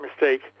mistake